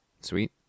Sweet